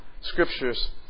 scriptures